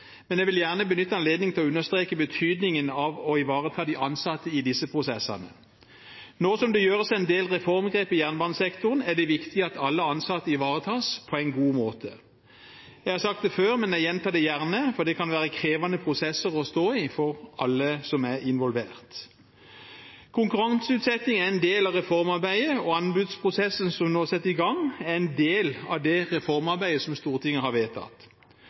men jeg vil gjerne benytte anledningen til å understreke betydningen av å ivareta de ansatte i disse prosessene. Nå som det gjøres en del reformgrep i jernbanesektoren, er det viktig at alle ansatte ivaretas på en god måte. Jeg har sagt det før, men jeg gjentar det gjerne, for det kan være krevende prosesser å stå i for alle som er involvert. Konkurranseutsetting er en del av reformarbeidet, og anbudsprosessen som nå er satt i gang, er en del av det reformarbeidet som Stortinget har vedtatt.